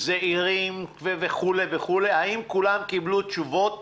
זעירים וכולי וכולי האם כולם קיבלו תשובות,